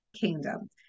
kingdom